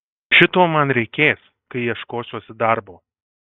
šito man reikės kai ieškosiuosi darbo